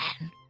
man